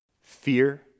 Fear